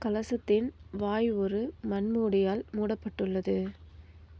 கலசத்தின் வாய் ஒரு மண் மூடியால் மூடப்பட்டுள்ளது